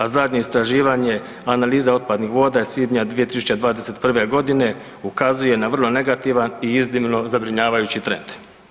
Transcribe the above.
A zadnje istraživanje analiza otpadnih voda iz svibnja 2021. godine ukazuje na vrlo negativan i iznimno zabrinjavajući trend.